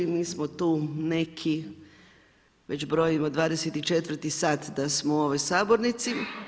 Mi smo tu neki već brojimo 24. sat da smo u ovoj sabornici.